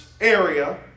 area